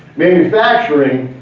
manufacturing,